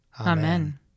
Amen